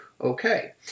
Okay